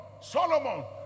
Solomon